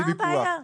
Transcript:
מה הבעיה?